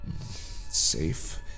Safe